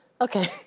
okay